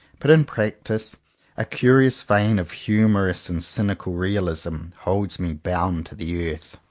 but in practice a curious vein of humourous and cynical realism holds me bound to the earth.